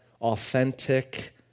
authentic